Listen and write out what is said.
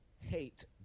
hate